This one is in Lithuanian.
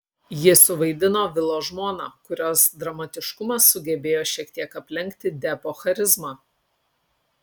ji suvaidino vilo žmoną kurios dramatiškumas sugebėjo šiek tiek aplenkti depo charizmą